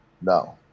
No